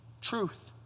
Truth